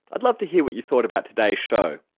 i'd love to hear what you thought about today's show.